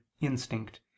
instinct